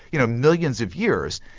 you know, millions of years.